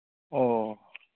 ꯑꯣ